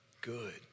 good